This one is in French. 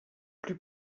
plus